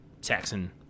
Saxon